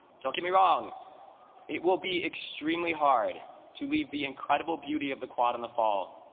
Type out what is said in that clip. don't get me wrong it will be extremely hard to leave the incredible beauty of the quad in the fall,